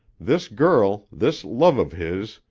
this girl, this love of his,